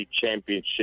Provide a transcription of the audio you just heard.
Championship